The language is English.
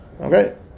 Okay